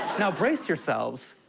now, brace yourselves,